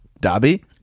Dobby